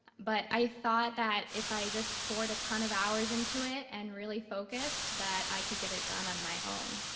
but i thought that if i just poured a ton of hours into it and really focused that i could get it done on my own.